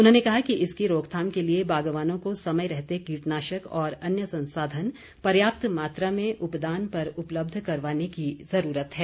उन्होंने कहा कि इसकी रोकथाम के लिए बागवानों को समय रहते कीटनाशक और अन्य संसाधन पर्याप्त मात्रा में उपदान पर उपलब्ध करवाने की ज़रूरत है